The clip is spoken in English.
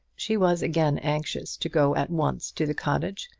she was again anxious to go at once to the cottage,